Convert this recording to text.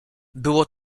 było